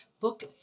book